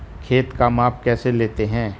खेत का माप कैसे लेते हैं?